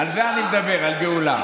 מפריעים לנו,